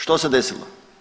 Što se desilo?